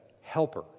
helper